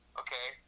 okay